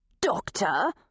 Doctor